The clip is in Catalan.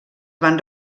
van